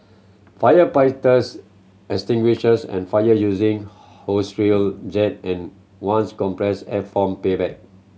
firefighters extinguishes the fire using hose reel jet and ones compressed air foam backpack